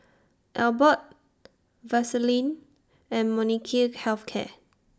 Abbott Vaselin and Molnylcke Health Care